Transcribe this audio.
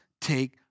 take